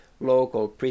local